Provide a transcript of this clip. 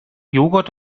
joghurt